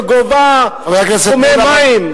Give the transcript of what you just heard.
שגובה סכומי כסף עבור מים.